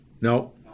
No